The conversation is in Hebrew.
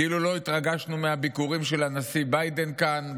כאילו לא התרגשנו מהביקורים של הנשיא ביידן כאן.